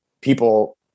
people